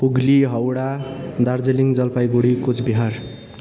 Hooghly Howrah Darjeeling Jalpaiguri Cooch Behar